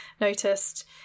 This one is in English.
noticed